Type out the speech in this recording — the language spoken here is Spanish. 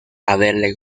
haberle